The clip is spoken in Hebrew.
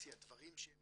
למדיקליזציה דברים שהם